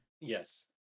yes